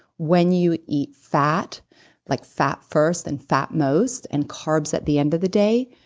when you eat fat like fat first and fat most and carbs at the end of the day,